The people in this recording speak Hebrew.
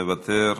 מוותר,